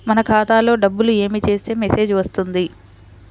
మన ఖాతాలో డబ్బులు ఏమి చేస్తే మెసేజ్ వస్తుంది?